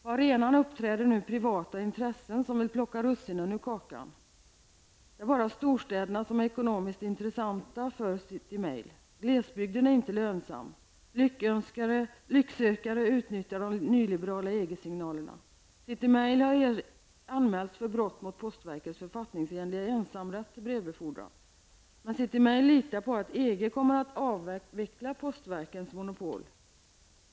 På arenan uppträder nu privata intressen som vill plocka russinen ur kakan. Det är bara storstäderna som är ekonomiskt intressanta för City Mail. Glesbygden är inte ''lönsam''. Lycksökare utnyttjar de nyliberala EG-signalerna. Men City Mail litar på att EG kommer att avveckla postverkens monopol.